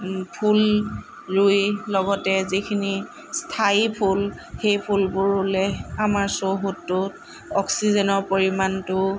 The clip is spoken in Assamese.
ফুল ৰুই লগতে যিখিনি স্থায়ী ফুল সেই ফুলবোৰ ৰুলে আমাৰ চৌহদটোত অক্সিজেনৰ পৰিমাণটো